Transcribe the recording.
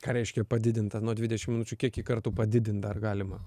ką reiškia padidintą nuo dvidešim minučių kiek jį kartų padidint dar galima